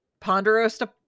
ponderosa